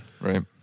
right